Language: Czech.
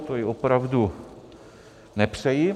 To jí opravdu nepřeji.